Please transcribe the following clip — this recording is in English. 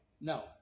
No